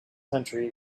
country